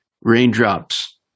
Raindrops